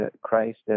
Christ